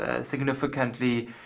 significantly